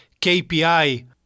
KPI